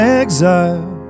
exile